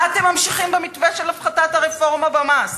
מה אתם ממשיכים במתווה של הפחתת הרפורמה במס?